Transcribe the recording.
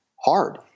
hard